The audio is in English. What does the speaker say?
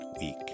week